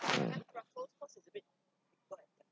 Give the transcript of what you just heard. mm